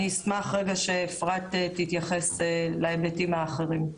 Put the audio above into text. אני אשמח שאפרת תתייחס להיבטים האחרים.